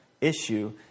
issue